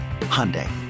Hyundai